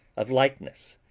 of likeness,